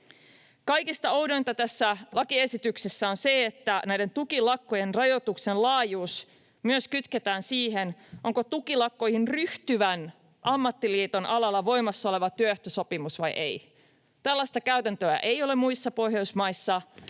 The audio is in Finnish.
Kaikista oudointa tässä lakiesityksessä on se, että näiden tukilakkojen rajoituksen laajuus kytketään myös siihen, onko tukilakkoihin ryhtyvän ammattiliiton alalla voimassa oleva työehtosopimus vai ei. Tällaista käytäntöä ei ole muissa Pohjoismaissa,